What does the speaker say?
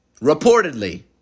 reportedly